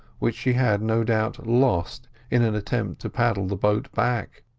which she had no doubt lost in an attempt to paddle the boat back.